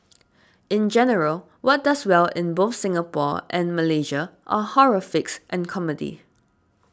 in general what does well in both Singapore and Malaysia are horror flicks and comedies